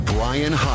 Brian